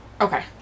Okay